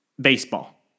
Baseball